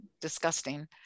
disgusting